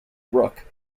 brook